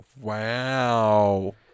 wow